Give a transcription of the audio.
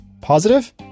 Positive